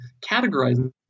categorizing